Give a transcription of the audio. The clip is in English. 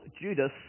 judas